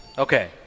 Okay